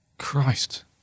Christ